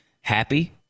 happy